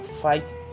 fight